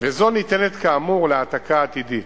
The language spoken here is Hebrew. וזו ניתנת כאמור להעתקה עתידית.